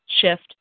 shift